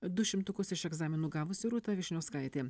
du šimtukus iš egzaminų gavusi rūta vyšniauskaitė